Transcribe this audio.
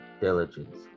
diligence